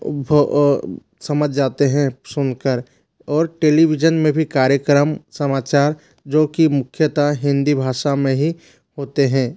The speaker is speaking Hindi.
भ समझ जाते हैं सुनकर और टेलीविजन में भी कार्यक्रम समाचार जो कि मुख्यतः हिंदी भाषा में ही होते हैं